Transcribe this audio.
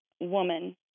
woman